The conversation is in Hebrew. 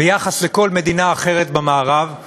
ביחס לכל מדינה אחרת במערב,